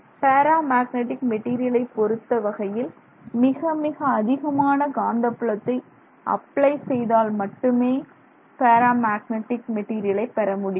பேரா மேக்னெட்டிக் மெட்டீரியலை பொறுத்த வகையில் மிக மிக அதிகமான காந்தப்புலத்தை அப்ளை செய்தால் மட்டுமே பேரா மேக்னெட்டிக் மெட்டீரியலை பெறமுடியும்